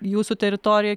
jūsų teritorija